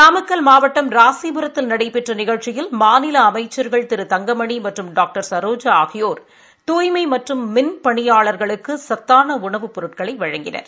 நாமக்கல் மாவட்டம் ராசிபுரத்தில் நடைபெற்ற நிகழ்ச்சியல் மாநில அமைச்சர்கள் திரு தங்கமணி மற்றும் டாக்டர் சரோஜா ஆகியோர் தூய்மை மற்றும் மின் பணியாளர்களுக்கு சத்தான உணவுப் பொருட்களை வழங்கினர்